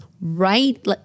right